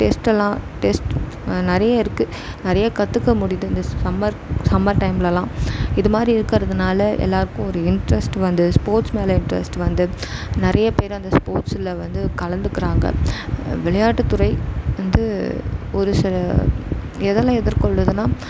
டெஸ்ட்டெலாம் test நிறைய இருக்குது நிறைய கற்றுக்க முயுடிது இந்த சம்மர் சம்மர் டைம்லெலாம் இது மாதிரி இருக்கிறதுனால எல்லோ ருக்கும் ஒரு இன்ட்ரஸ்ட் வந்து ஸ்போர்ட்ஸ் மேலே இன்ட்ரஸ்ட் வந்து நிறைய பேர் அந்த ஸ்போர்ட்ஸில் வந்து கலந்துக்கிறாங்க விளையாட்டுத்துறை வந்து ஒரு சில இதெல்லாம் எதிர் கொள்ளுதுன்னா